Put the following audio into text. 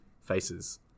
faces